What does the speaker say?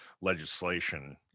legislation